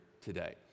today